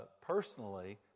personally